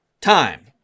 time